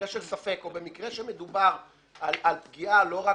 ספק או במקרה שמדובר על פגיעה לא רק